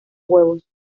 huevos